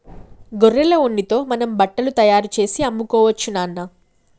గొర్రెల ఉన్నితో మనం బట్టలు తయారుచేసి అమ్ముకోవచ్చు నాన్న